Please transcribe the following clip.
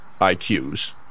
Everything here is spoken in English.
IQs